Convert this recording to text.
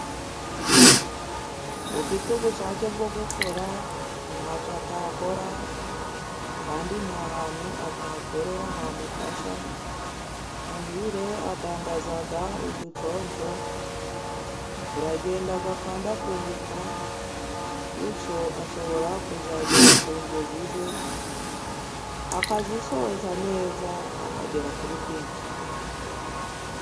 Ufite ubushake bwo gukora ntacyo atakora ,kandi nta hantu atakorera hamufasha .Muhire adandaza uduconsho ,turagenda kandi akunguka bityo ashobora kuzagera ku nzozi ze akazisoza neza ,akagera kuri byinshi.